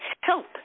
help